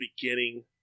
beginning